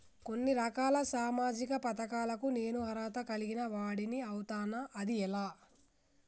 కొన్ని రకాల సామాజిక పథకాలకు నేను అర్హత కలిగిన వాడిని అవుతానా? అది ఎలా?